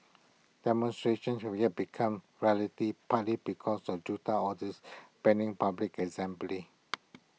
demonstrations should yet become rarity partly because of junta orders banning public assembly